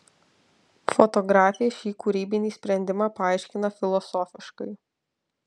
fotografė šį kūrybinį sprendimą paaiškina filosofiškai